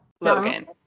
Logan